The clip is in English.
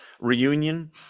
reunion